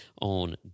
on